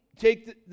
take